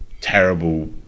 terrible